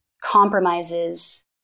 Compromises